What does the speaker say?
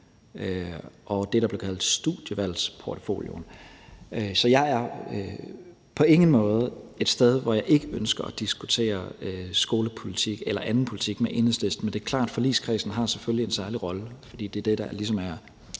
og det, der blev kaldt studievalgsportfolioen, så jeg er på ingen måde et sted, hvor jeg ikke ønsker at diskutere skolepolitik eller anden politik med Enhedslisten. Men det er klart, at forligskredsen selvfølgelig har en særlig rolle, fordi det er det, der ligesom er